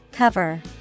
Cover